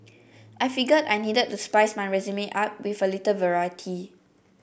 I figured I needed to spice my resume up with a little variety